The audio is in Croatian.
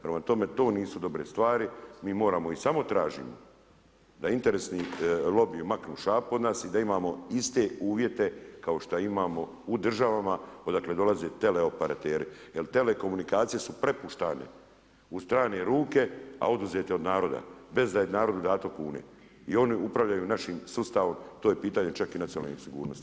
Prema tome to nisu dobre stvari, mi moramo i samo tražimo da interesni lobiji maknu šapom od nas i da imamo iste uvjete kao što imamo u državama odakle dolaze teleoperateri jer telekomunikacije su prepuštane u strane ruke a oduzete od naroda, bez da je narodu dato kune i one upravljaju našim sustavom, to je pitanje čak i nacionalne sigurnosti.